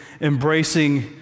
embracing